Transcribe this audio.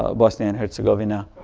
ah bosnia and herzegovina.